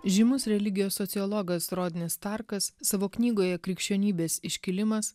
žymus religijos sociologas rodnis starkas savo knygoje krikščionybės iškilimas